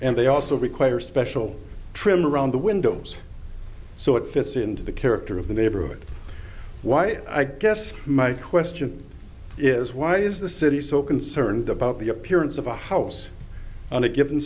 and they also require special trim around the windows so it fits into the character of the neighborhood why i guess my question is why is the city so concerned about the appearance of a house on a given